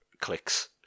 clicks